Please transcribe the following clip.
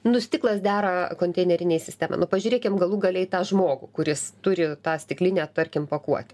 nu stiklas dera konteinerinei sistemai nu pažiūrėkim galų gale į tą žmogų kuris turi tą stiklinę tarkim pakuotę